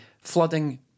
Flooding